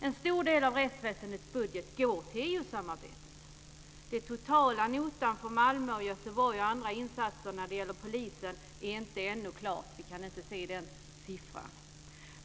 En stor del av rättsväsendets budget går till EU samarbetet. Den totala notan för Malmö, Göteborg och andra insatser när det gäller polisen är ännu inte klar - vi kan inte se den siffran.